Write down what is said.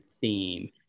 theme